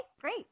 great